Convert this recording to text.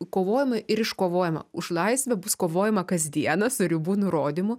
kovojame ir iškovojame už laisvę bus kovojama kasdieną su ribų nurodymų